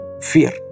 Fear